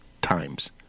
times